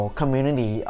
community